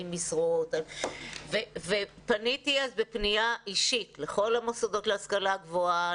משרות ופניתי אז בפנייה אישית לכל המוסדות להשכלה גבוהה,